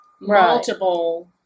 multiple